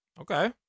Okay